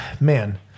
man